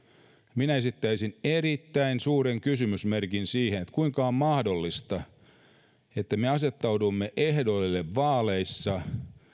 minä esittäisin erittäin suuren kysymysmerkin siihen kuinka on mahdollista että kun me asettaudumme ehdolle vaaleissa